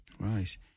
Right